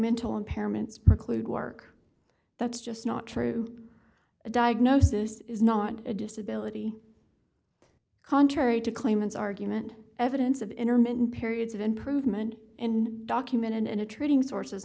mental impairments preclude work that's just not true a diagnosis is not a disability contrary to claimants argument evidence of intermittent periods of improvement and documented in a treating source